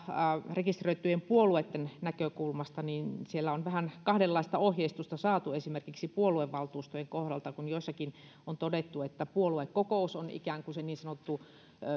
rekisteröityjen puolueitten näkökulmasta niin siellä on vähän kahdenlaista ohjeistusta saatu esimerkiksi puoluevaltuustojen kohdalta jossakin on todettu että puoluekokous on ikään kuin se niin sanottu